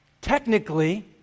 technically